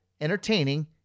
entertaining